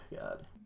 God